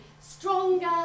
stronger